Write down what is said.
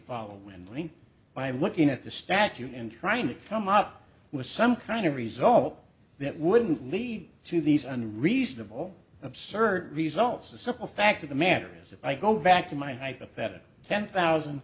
follow when playing by looking at the statute in trying to come up with some kind of result that would lead to these unreasonable absurd results the simple fact of the matter is if i go back to my hypothetical ten thousand